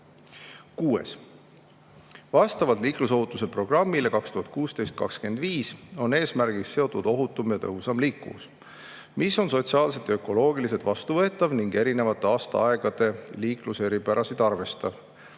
Kuues: "Vastavalt Liiklusohutuse programmile 2016–2025 on eesmärgiks seatud ohutum ja tõhusam liikuvus, mis on sotsiaalselt ja ökoloogiliselt vastuvõetav ning erinevate aastaaegade liikluseripärasid arvestav.